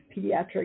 pediatric